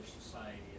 society